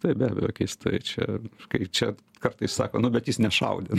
taip be abejo keistai čia kaip čia kartais sako nu bet jis nešaudė